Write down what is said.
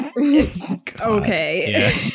okay